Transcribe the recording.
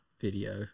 video